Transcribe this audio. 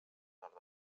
nord